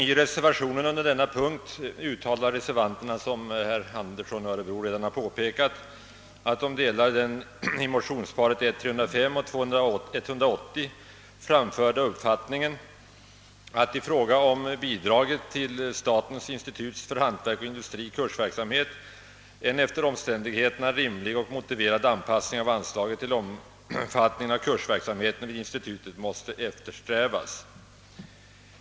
I reservationen vid denna punkt uttalar reservanterna, såsom herr Andersson i Örebro redan har påpekat, att de delar den i motionsparet I1:305 och II:180 framförda uppfattningen, att en efter omständigheterna rimlig och motiverad anpassning av bidraget till statens instituts för handel och industri kursverksamhet måste eftersträvas.